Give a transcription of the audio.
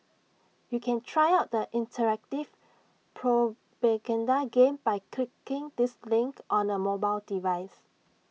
you can try out the interactive propaganda game by clicking this link on A mobile device